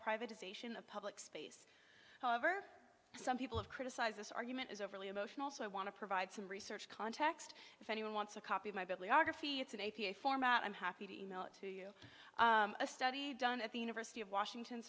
privatization of public space however some people have criticized this argument is overly emotional so i want to provide some research context if anyone wants a copy of my bibliography it's an a p a format i'm happy to email it to you a study done at the university of washington